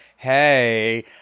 hey